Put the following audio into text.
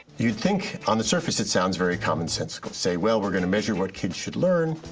you think, on the surface, it sounds very commonsensical, say well, we're gonna measure what kids should learn.